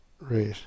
Right